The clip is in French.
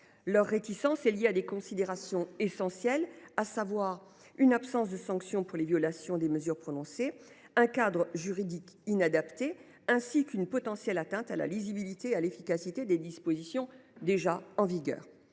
leur réticence sur le fondement de considérations essentielles : ils regrettent l’absence de sanctions en cas de violation des mesures prononcées, un cadre juridique inadapté, ainsi qu’une potentielle atteinte à la lisibilité et à l’efficacité des dispositions en vigueur.